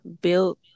built